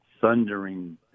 thundering